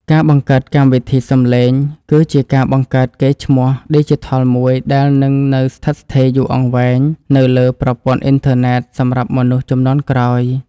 ការបង្កើតកម្មវិធីសំឡេងគឺជាការបង្កើតកេរ្តិ៍ឈ្មោះឌីជីថលមួយដែលនឹងនៅស្ថិតស្ថេរយូរអង្វែងនៅលើប្រព័ន្ធអ៊ីនធឺណិតសម្រាប់មនុស្សជំនាន់ក្រោយ។